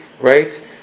right